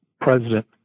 president